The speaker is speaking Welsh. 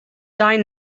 dau